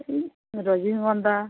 রজনীগন্ধা